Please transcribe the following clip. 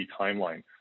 timeline